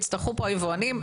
היבואנים,